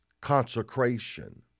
consecration